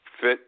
fit